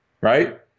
right